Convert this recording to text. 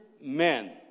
men